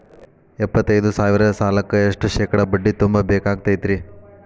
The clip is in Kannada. ಎಪ್ಪತ್ತೈದು ಸಾವಿರ ಸಾಲಕ್ಕ ಎಷ್ಟ ಶೇಕಡಾ ಬಡ್ಡಿ ತುಂಬ ಬೇಕಾಕ್ತೈತ್ರಿ?